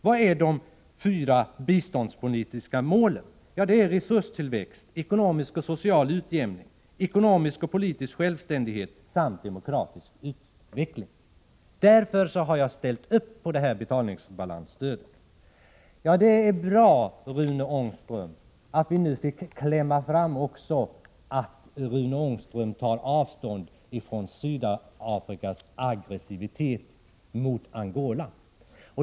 Vad är de fyra biståndspolitiska målen? De är resurstillväxt, ekonomisk och social utjämning, ekonomisk och politisk självständighet samt demokratisk utveckling. Därför har jag ställt upp på det här betalningsbalansstödet. Det är bra, Rune Ångström, att vi nu också fick klämma fram att Rune Ångström tar avstånd från Sydafrikas aggressivitet mot Angola.